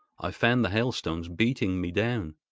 i found the hailstones beating me down.